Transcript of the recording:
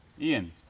Ian